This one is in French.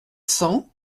cent